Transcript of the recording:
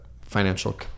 financial